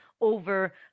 over